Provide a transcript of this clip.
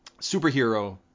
superhero